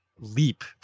leap